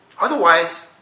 Otherwise